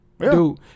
Dude